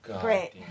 great